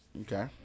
Okay